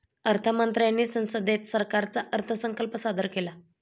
अर्थ मंत्र्यांनी संसदेत सरकारचा अर्थसंकल्प सादर केला